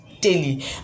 Daily